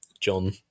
John